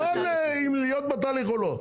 לא אם להיות בתהליך או לא.